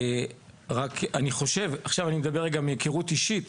רק אני חושב עכשיו אני מדבר רגע מהיכרות אישית,